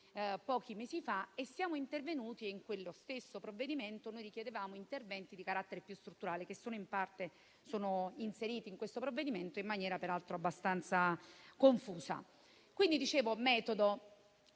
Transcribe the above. pochi mesi fa. In quello stesso provvedimento noi richiedevamo interventi di carattere più strutturale, che in parte sono inseriti in questo provvedimento, in maniera peraltro abbastanza confusa. Quindi, il metodo